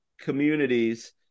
communities